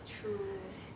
true